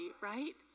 right